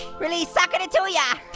really sockin' it to ya.